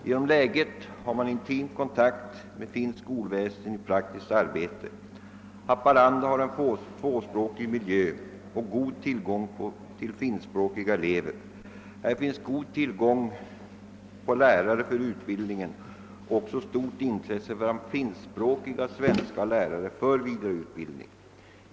Genom läget finns en intim kontakt med finskt skolväsende i praktiskt arbete. Haparanda har en tvåspråkig miljö och god tillgång till finskspråkiga elever, här är också god tillgång på lärare för utbildningen. Det finns också ett stort intresse bland finskspråkiga svenska lärare för vidareutbildning.